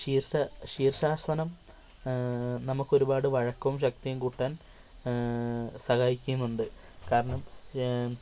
ശീർഷാസനം നമുക്കൊരുപാട് വഴക്കവും ശക്തിയും കൂട്ടാൻ സഹായിക്കുന്നുണ്ട് കാരണം ഞാൻ